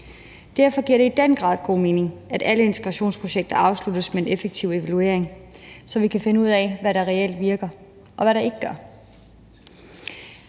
Derfor giver det i den grad god mening, at alle integrationsprojekter afsluttes med en effektiv evaluering, så vi kan finde ud af, hvad der reelt virker, og hvad der ikke gør.